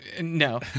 No